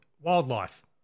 wildlife